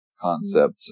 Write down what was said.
concept